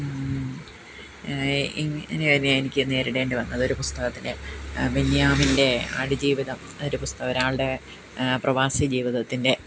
ഇന് ഇതുവരെ എനിക്ക് നേരിടേണ്ടിവന്നതൊരു പുസ്തകത്തിന് ബെന്ന്യാമിന്റെ ആടുജീവിതം ഒരു പുസ്തകം ഒരാളുടെ പ്രവാസി ജീവിതത്തിന്റെ